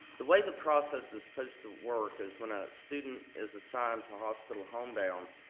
the way the process is supposed to work is when a student is assigned to hospital homebound,